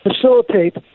Facilitate